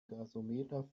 gasometer